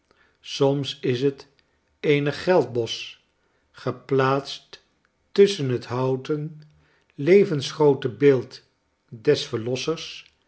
soms is het eene geldbos geplaatst tusschen het houten levensgroote beeld des